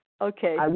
Okay